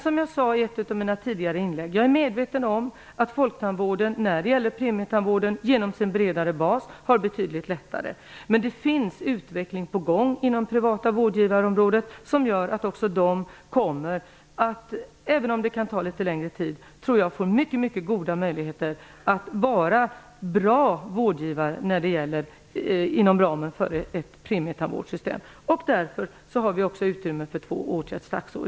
Som jag sade i ett av mina tidigare inlägg är jag medveten om att folktandvården när det gäller premietandvården genom sin bredare bas har det betydligt lättare, men det finns utveckling på gång inom området för privata vårdgivare som gör att jag tror att också de kommer att - även om det kan ta litet längre tid - få mycket goda möjligheter att vara bra vårdgivare inom ramen för ett premietandvårdssystem. Därför har vi också utrymme för två åtgärdstaxor.